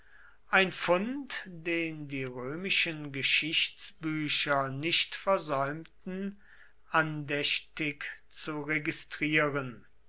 ein fund den die römischen geschichtsbücher nicht versäumten andächtig zu registrieren